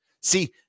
See